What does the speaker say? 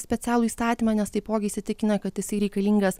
specialų įstatymą nes taipogi įsitikinę kad jisai reikalingas